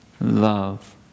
love